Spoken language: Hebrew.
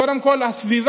קודם כול הסביבה,